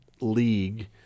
league